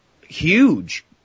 huge